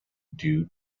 due